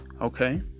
Okay